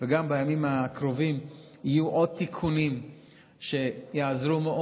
בימים הקרובים יהיו עוד תיקונים שיעזרו מאוד